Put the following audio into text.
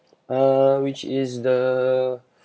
uh which is the